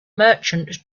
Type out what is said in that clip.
merchant